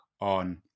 on